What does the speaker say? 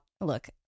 look